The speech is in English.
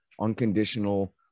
unconditional